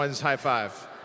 high-five